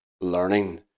learning